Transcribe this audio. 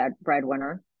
breadwinner